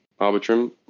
Arbitrum